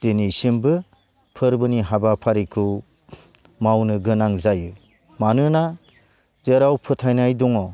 दिनैसिमबो फोरबोनि हाबाफारिखौ मावनो गोनां जायो मानोना जेराव फोथायनाय दङ